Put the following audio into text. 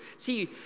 See